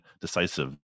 decisive